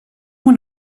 went